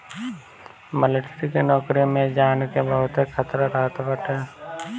military के नोकरी में जान के बहुते खतरा रहत बाटे